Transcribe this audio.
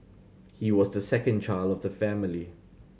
he was the second child of the family